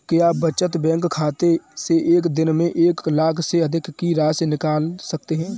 क्या बचत बैंक खाते से एक दिन में एक लाख से अधिक की राशि निकाल सकते हैं?